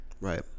Right